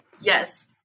Yes